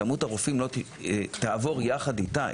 כמות הרופאים תעבור יחד איתה.